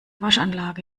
waschanlage